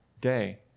day